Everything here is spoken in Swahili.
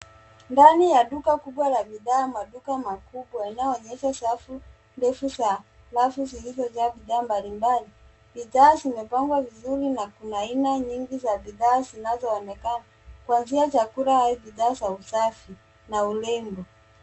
Ndani ya duka kubwa la bidhaa maduka makubwa yanayoonyesha safu ndefu za rafu zilizojaa bidhaa mbalimbali, bidhaa zimepangwa vizuri na kuna aina nyingi za bidhaa zinaonekana kuanzia chakula hadi bidhaa za usafi na urembo.